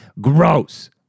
gross